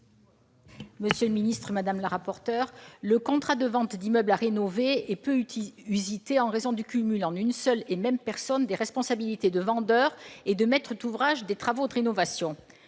: La parole est à Mme Josiane Costes. Le contrat de vente d'immeuble à rénover est peu usité en raison du cumul en une seule et même personne des responsabilités de vendeur et de maître d'ouvrage des travaux de rénovation.